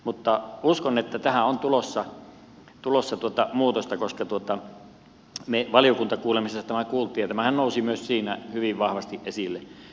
mutta uskon että tähän on tulossa muutosta koska me valiokuntakuulemisessa tästä kuulimme ja tämähän nousi myös siinä hyvin vahvasti esille